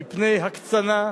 מפני הקצנה,